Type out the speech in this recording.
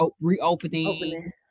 reopening